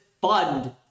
fund